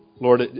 Lord